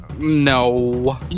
No